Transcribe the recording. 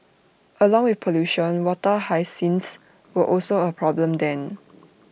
along with pollution water hyacinths were also A problem then